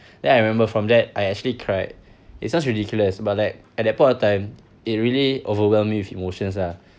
then I remember from that I actually cried it sounds ridiculous but like at that point of time it really overwhelmed me with emotions lah